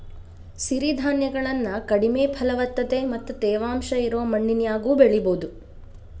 ಸಿರಿಧಾನ್ಯಗಳನ್ನ ಕಡಿಮೆ ಫಲವತ್ತತೆ ಮತ್ತ ತೇವಾಂಶ ಇರೋ ಮಣ್ಣಿನ್ಯಾಗು ಬೆಳಿಬೊದು